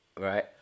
Right